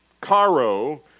caro